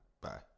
Bye